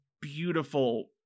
beautiful